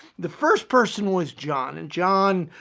the first person was john. and john